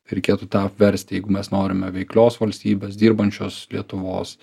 reikėtų tą apversti jeigu mes norime veiklios valstybės dirbančios lietuvos